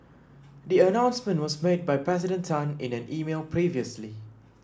the announcement was made by President Tan in an email previously